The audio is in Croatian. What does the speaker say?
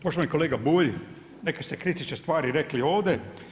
Poštovani kolega Bulj, neke se kritične stvari rekli ovdje.